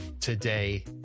today